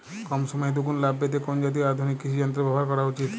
কম সময়ে দুগুন লাভ পেতে কোন জাতীয় আধুনিক কৃষি যন্ত্র ব্যবহার করা উচিৎ?